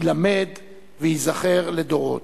יילמד וייזכר לדורות.